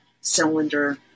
cylinder